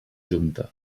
junta